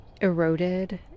eroded